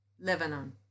Lebanon